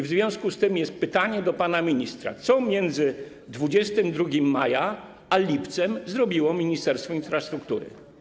W związku z tym jest pytanie do pana ministra,: Co między 22 maja a lipcem zrobiło Ministerstwo Infrastruktury?